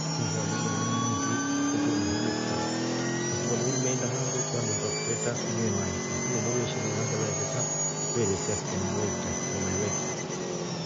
Ijifunsa lugha nyiinyinji kwetre umuhimu pia, kwasababu ume enda handu vandu vakakutretra bila imanya lakini lemwa uveeshi lugha nsa vaetretra uvelesia si kwamaana we manya ve tretra chi, ukamanya ve ktretra.